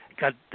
got